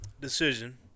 decision